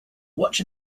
watch